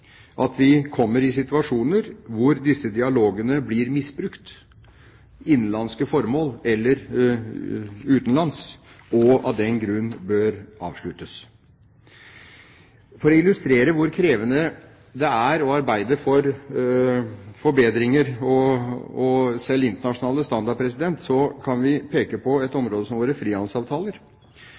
at vi kommer i situasjoner hvor disse dialogene blir misbrukt, til innenlandske formål eller utenlandske, og av den grunn bør avsluttes. For å illustrere hvor krevende det er å arbeide for forbedringer og internasjonale standarder, kan vi peke på et område som våre frihandelsavtaler.